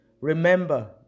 Remember